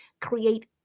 create